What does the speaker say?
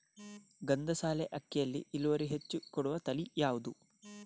ಗಂಧಸಾಲೆ ಅಕ್ಕಿಯಲ್ಲಿ ಇಳುವರಿ ಹೆಚ್ಚು ಕೊಡುವ ತಳಿ ಯಾವುದು?